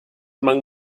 among